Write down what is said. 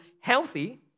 healthy